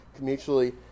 mutually